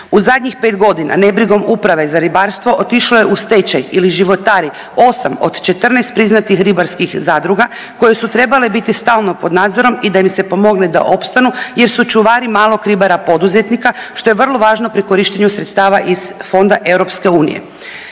U zadnjih 5.g. nebrigom uprave za ribarstvo otišlo je u stečaj ili životari 8 od 14 priznatih ribarskih zadruga koje su trebale biti stalno pod nadzorom i da im se pomogne da opstanu jer su čuvari malog ribara poduzetnika, što je vrlo važno pri korištenju sredstava iz Fonda EU.